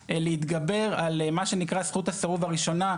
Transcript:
להתגבר על מה שנקרא זכות הסירוב הראשונה,